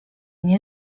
nie